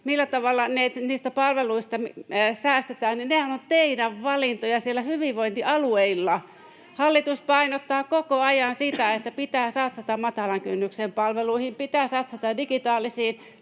siellä hyvinvointialueilla. [Katri Kulmuni: Teidän valinta on leikata!] Hallitus painottaa koko ajan sitä, että pitää satsata matalan kynnyksen palveluihin, pitää satsata digitaalisiin,